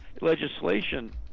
legislation